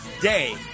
day